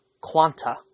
quanta